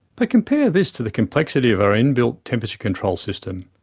but compare this to the complexity of our in-built temperature control system.